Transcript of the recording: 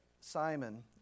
Simon